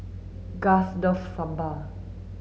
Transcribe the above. Gust love Sambar